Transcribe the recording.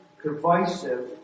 divisive